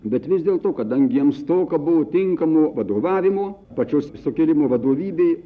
bet vis dėlto kadangi jiems stoka buvo tinkamo vadovavimo pačios sukilimo vadovybei